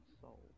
soul